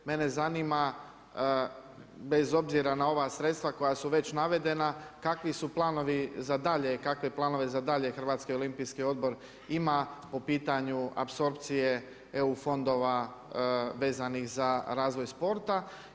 Mene zanima bez obzira na ova sredstva koja su već navedena kakvi su planovi za dalje, kakve planove za dalje Hrvatski olimpijski odbor ima po pitanju apsorpcije EU fondova vezanih za razvoj sporta.